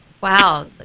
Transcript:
Wow